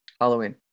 Halloween